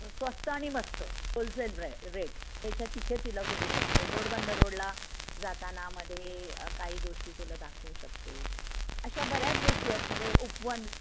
स्वस्त आणि मस्तं होलसेल रे रेट त्याच्या तिथे तुला फिरवू शकते गोडबंदर रोडला जाताना मध्ये काही गोष्टी तुला दाखवू शकते अशा बऱ्याच गोष्टी आहेत म्हणजे उपवन